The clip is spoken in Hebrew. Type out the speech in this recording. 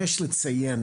בבקשה.